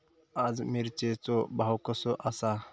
आज मिरचेचो भाव कसो आसा?